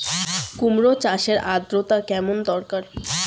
কুমড়ো চাষের আর্দ্রতা কেমন দরকার?